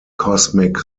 cosmic